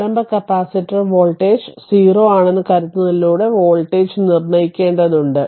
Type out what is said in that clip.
പ്രാരംഭ capacitor voltage 0 ആണെന്ന് കരുതുന്നതിലൂടെ വോൾട്ടേജ് നിർണ്ണയിക്കേണ്ടതുണ്ട്